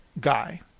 guy